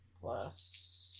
Plus